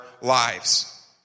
lives